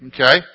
Okay